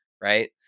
Right